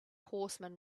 horseman